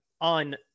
on